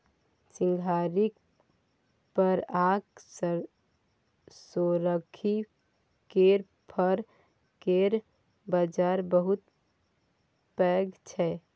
सिंघारिक फर आ सोरखी केर फर केर बजार बहुत पैघ छै